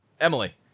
Emily